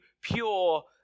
pure